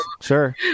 Sure